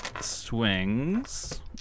swings